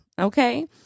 Okay